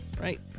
right